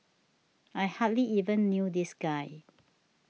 I hardly even knew this guy